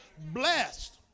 Blessed